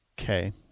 Okay